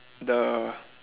the